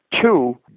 two